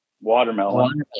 watermelon